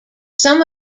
some